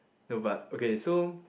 no but okay so